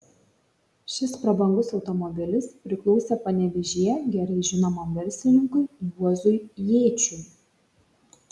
šis prabangus automobilis priklausė panevėžyje gerai žinomam verslininkui juozui jėčiui